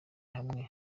hamwe